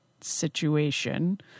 situation